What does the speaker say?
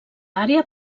àrea